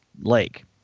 lake